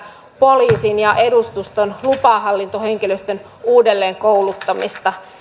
poliisin ja edustuston lupahallintohenkilöstön uudelleenkouluttamista